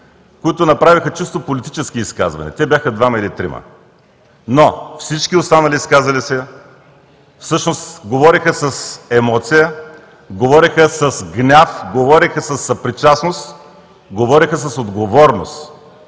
които направиха чисто политически изказвания. Те бяха двама или трима. Всички останали изказали се говориха с емоция, говориха с гняв, говориха със съпричастност, говориха с отговорност